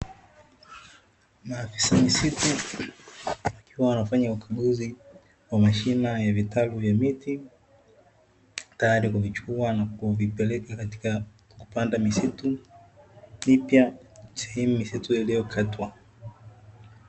Maafisa misitu wakiwa wanafanya ukaguzi wa mashina ya vitalu vya miti, tayari kuvichukua na kukuvipeleka katika kupanda misitu mipya sehemu misitu iliyokatwa.